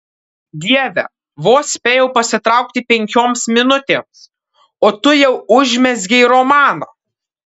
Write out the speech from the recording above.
dieve vos spėjau pasitraukti penkioms minutėms o tu jau užmezgei romaną